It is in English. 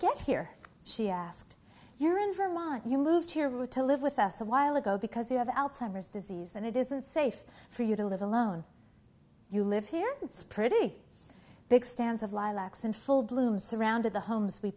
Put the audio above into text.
get here she asked you're in vermont you moved here to live with us a while ago because you have alzheimer's disease and it isn't safe for you to live alone you live here it's pretty big stands of lilacs in full bloom surrounded the homes we